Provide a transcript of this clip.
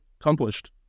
accomplished